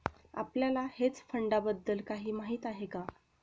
आपल्याला हेज फंडांबद्दल काही माहित आहे का?